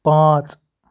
پانٛژھ